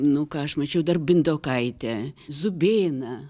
nu ką aš mačiau dar bindokaitę zubėną